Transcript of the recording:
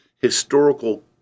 historical